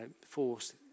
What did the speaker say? force